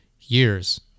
years